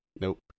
nope